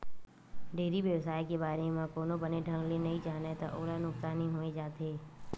dairy बेवसाय के बारे म कोनो बने ढंग ले नइ जानय त ओला नुकसानी होइ जाथे